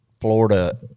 Florida